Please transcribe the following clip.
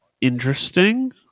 interesting